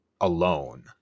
alone